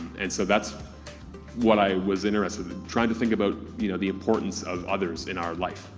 and so that's what i was interested in, trying to think about you know the importance of others in our life,